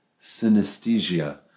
Synesthesia